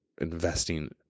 investing